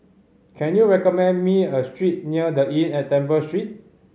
can you recommend me a street near The Inn at Temple Street